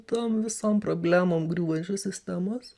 tom visom problemom griūvančios sistemos